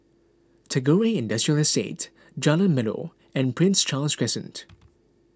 Tagore Industrial Estate Jalan Melor and Prince Charles Crescent